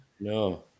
No